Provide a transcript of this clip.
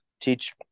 Teach